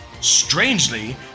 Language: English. Strangely